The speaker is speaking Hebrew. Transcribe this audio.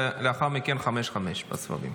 ולאחר מכן חמש-חמש בסבבים.